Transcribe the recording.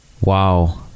Wow